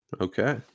Okay